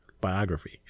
biography